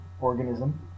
organism